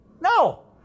No